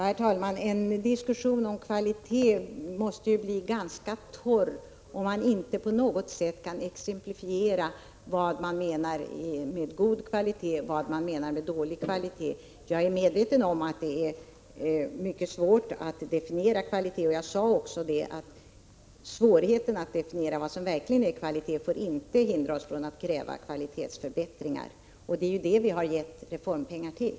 Herr talman! En diskussion om kvalitet måste bli ganska torr, om man inte på något sätt kan exemplifiera vad man menar med god resp. dålig kvalitet. Jag är medveten om att det är mycket svårt att definiera kvalitet, och jag sade också att svårigheten att definiera vad som verkligen är kvalitet inte får hindra oss från att kräva kvalitetsförbättringar. Det är ju det vi har gett reformpengar till.